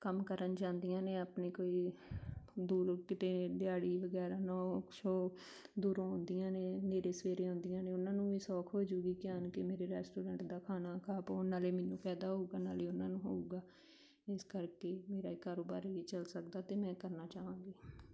ਕੰਮ ਕਰਨ ਜਾਂਦੀਆਂ ਨੇ ਆਪਣੇ ਕੋਈ ਦੂਰ ਕਿਤੇ ਦਿਹਾੜੀ ਵਗੈਰਾ ਨਾ ਉਹ ਸੋ ਦੂਰੋਂ ਆਉਂਦੀਆਂ ਨੇ ਹਨੇਰੇ ਸਵੇਰੇ ਆਉਂਦੀਆਂ ਨੇ ਉਹਨਾਂ ਨੂੰ ਵੀ ਸੌਖ ਹੋ ਜੂਗੀ ਕਿ ਆਣ ਕਿ ਮੇਰੇ ਰੈਸਟੋਰੈਂਟ ਦਾ ਖਾਣਾ ਖਾ ਪਾਉਣ ਨਾਲ਼ੇ ਮੈਨੂੰ ਫਾਇਦਾ ਹੋਵੇਗਾ ਨਾਲ਼ੇ ਉਹਨਾਂ ਨੂੰ ਹੋਵੇਗਾ ਇਸ ਕਰਕੇ ਮੇਰਾ ਇਹ ਕਾਰੋਬਾਰ ਵੀ ਚੱਲ ਸਕਦਾ ਅਤੇ ਮੈਂ ਕਰਨਾ ਚਾਹਵਾਂਗੀ